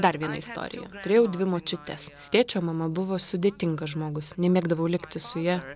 dar viena istorija turėjau dvi močiutės tėčio mama buvo sudėtingas žmogus nemėgdavau likti su ja